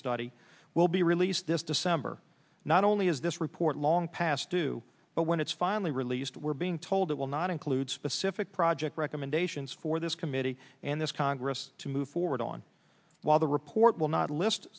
study will be released this december not only is this report long past due but when it's finally released we're being told it will not include specific project recommendations for this committee and this congress to move forward on while the report will not list